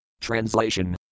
Translation